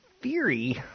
theory